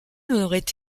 aurait